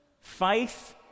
Faith